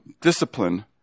discipline